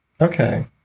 Okay